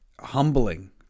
humbling